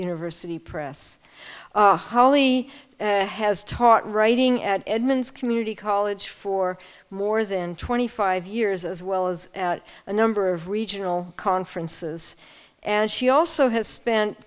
university press holly has taught writing at edmonds community college for more than twenty five years as well as at a number of regional conferences and she also has spent